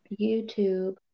youtube